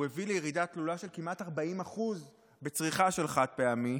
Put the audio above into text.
הוא הביא לירידה תלולה של כמעט 40% בצריכה של חד-פעמי,